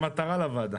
יש מטרה לוועדה.